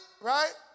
right